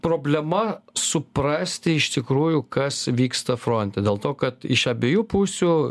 problema suprasti iš tikrųjų kas vyksta fronte dėl to kad iš abiejų pusių